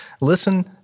Listen